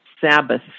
Sabbath